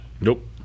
Nope